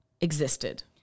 existed